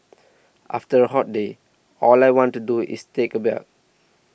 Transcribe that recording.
after a hot day all I want to do is take a bath